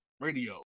radio